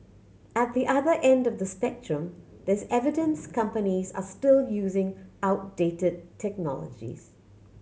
at the other end of the spectrum there's evidence companies are still using outdated technologies